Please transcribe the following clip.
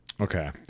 Okay